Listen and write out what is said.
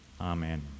Amen